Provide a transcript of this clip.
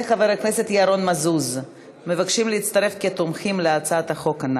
אני קובעת כי הצעת חוק קליטת חיילים משוחררים (תיקון,